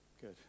good